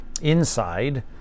inside